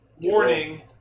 Warning